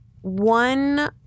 one